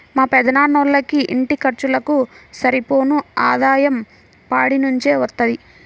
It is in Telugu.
మా పెదనాన్నోళ్ళకి ఇంటి ఖర్చులకు సరిపోను ఆదాయం పాడి నుంచే వత్తది